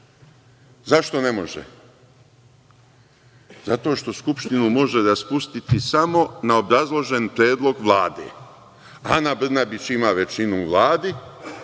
Zašto ne može? Zato što Skupštinu može raspustiti samo na obrazložen predlog Vlade. Ana Brnabić ima većinu u Vladi